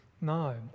No